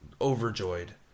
overjoyed